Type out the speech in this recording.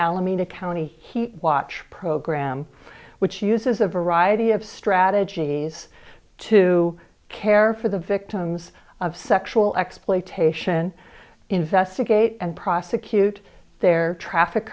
alameda county he watch program which uses a variety of strategies to care for the victims of sexual exploitation investigate and prosecute their traffic